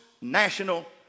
national